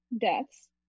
deaths